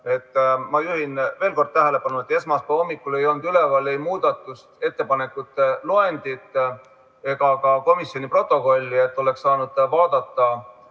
Ma juhin veel kord tähelepanu, et esmaspäeva hommikul ei olnud üleval ei muudatusettepanekute loendit ega ka komisjoni protokolli, et oleks saanud vaadata,